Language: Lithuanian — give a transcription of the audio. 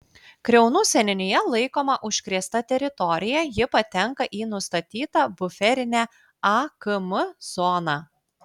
kriaunų seniūnija laikoma užkrėsta teritorija ji patenka į nustatytą buferinę akm zoną